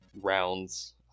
rounds